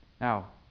Now